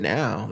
now